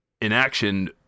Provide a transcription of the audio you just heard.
inaction